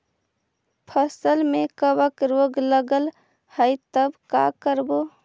फसल में कबक रोग लगल है तब का करबै